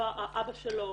האבא שלו